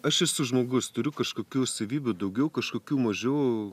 aš esu žmogus turiu kažkokių savybių daugiau kažkokių mažų